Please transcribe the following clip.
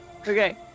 Okay